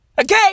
Okay